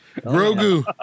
Grogu